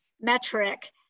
metric